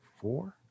Four